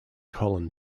colin